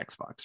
Xbox